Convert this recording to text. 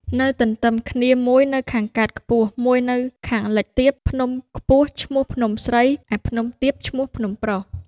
នៅទន្ទឹមគ្នា មួយនៅខាងកើតខ្ពស់ មួយនៅខាងលិចទាប ភ្នំខ្ពស់ឈ្មោះភ្នំស្រី ឯភ្នំទាបឈ្មោះភ្នំប្រុស។